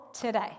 today